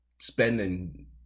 spending